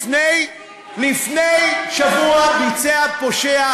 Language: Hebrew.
לפני שבוע ביצע פושע,